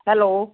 hello